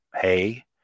hey